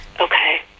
Okay